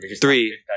Three